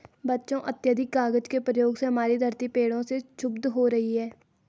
बच्चों अत्याधिक कागज के प्रयोग से हमारी धरती पेड़ों से क्षुब्ध हो रही है